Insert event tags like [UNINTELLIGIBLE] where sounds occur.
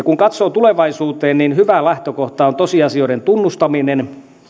[UNINTELLIGIBLE] kun katsoo tulevaisuuteen niin hyvä lähtökohta on tosiasioiden tunnustaminen